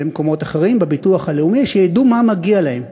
למקומות אחרים, בביטוח הלאומי, שידעו מה מגיע להם,